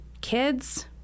kids